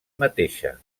mateixa